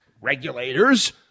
regulators